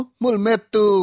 mulmetu